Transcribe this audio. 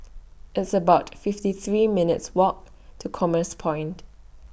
It's about fifty three minutes' Walk to Commerce Point